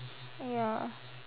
ya